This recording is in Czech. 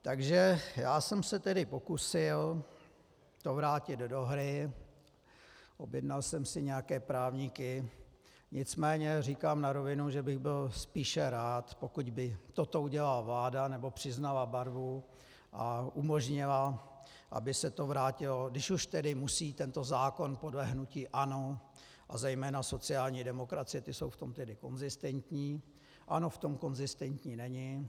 Takže já jsem se tedy pokusil to vrátit do hry, objednal jsem si nějaké právníky, nicméně říkám na rovinu, že bych byl spíše rád, pokud by toto udělala vláda, nebo přiznala barvu a umožnila, aby se to vrátilo, když už tedy musí tento zákon podle hnutí ANO a zejména sociální demokracie ti jsou v tom tedy konzistentní, ANO v tom konzistentní není.